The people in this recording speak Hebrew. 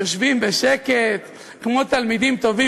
יושבים בשקט כמו תלמידים טובים,